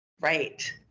right